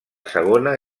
segona